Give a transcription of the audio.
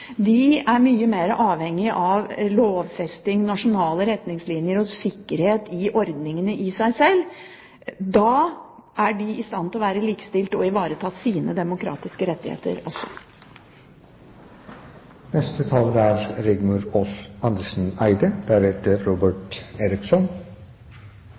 de kanskje ikke greier å transportere seg dit beslutningene tas, er mye mer avhengig av lovfesting av nasjonale retningslinjer og sikkerhet i ordningene. Da er de i stand til å være likestilte og ivareta sine demokratiske rettigheter. Dette er